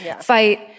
fight